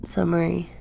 Summary